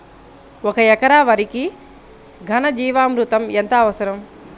ఒక ఎకరా వరికి ఘన జీవామృతం ఎంత అవసరం?